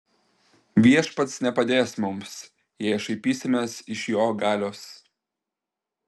viešpats nepadės mums jei šaipysimės iš jo galios